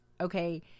Okay